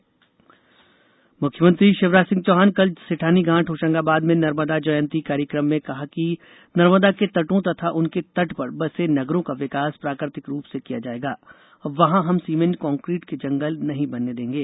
नर्मदापुरम मुख्यमंत्री शिवराज सिंह चौहान ने कल सेठानी घाट होशंगाबाद में नर्मदा जयंती कार्यक्रम में कहा कि नर्मदा के तटों तथा उनके तट पर बसे नगरों का विकास प्राकृतिक रूप से किया जाएगा वहाँ हम सीमेंट कंक्रीट के जंगल नहीं बनने देंगे